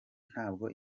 ntabwo